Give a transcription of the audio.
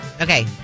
Okay